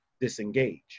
disengage